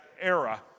era